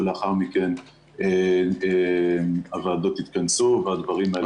ולאחר מכן הוועדות יתכנסו והדברים האלה